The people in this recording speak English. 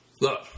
Look